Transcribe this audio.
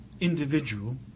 individual